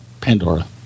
Pandora